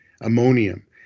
ammonium